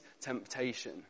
temptation